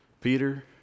Peter